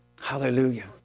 Hallelujah